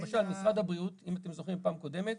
למשל, משרד הבריאות, אם אתם זוכרים פעם קודמת,